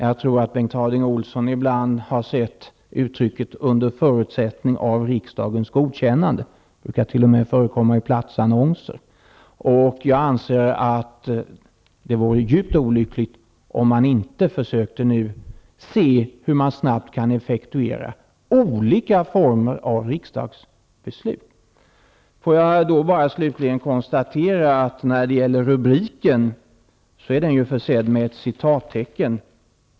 Jag tror att Bengt Harding Olson ibland har sett uttrycket ''under förutsättning av riksdagens godkännande''. Det uttrycket brukar t.o.m. förekomma i platsannonser. Jag anser att det vore djupt olyckligt om man inte nu försökte ta reda på hur man snabbt kan effektuera olika former av riksdagsbeslut. Låt mig slutligen konstatera att rubriken ''Björck kör över riksdagen'' är försedd med citattecken.